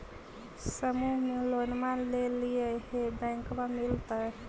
समुह मे लोनवा लेलिऐ है बैंकवा मिलतै?